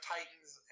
Titans